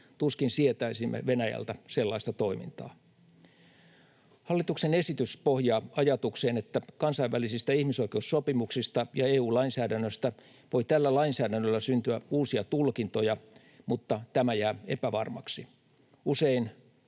Tuskin sietäisimme Venäjältä sellaista toimintaa. Hallituksen esitys pohjaa ajatukseen, että kansainvälisistä ihmisoikeussopimuksista ja EU-lainsäädännöstä voi tällä lainsäädännöllä syntyä uusia tulkintoja, mutta tämä jää epävarmaksi.